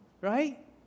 right